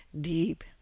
deep